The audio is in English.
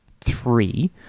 three